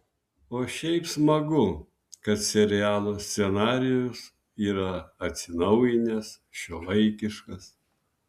o šiaip smagu kad serialo scenarijus yra atsinaujinęs šiuolaikiškas